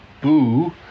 Boo